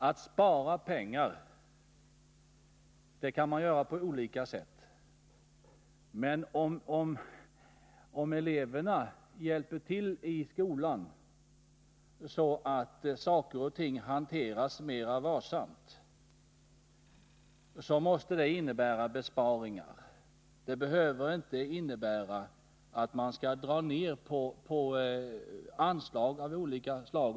Att spara pengar kan göras på olika sätt. Men om eleverna hjälper till i skolan, så att saker och ting hanteras mera varsamt, måste detta innebära besparingar. Det behöver inte betyda att man drar ned på anslag av olika slag.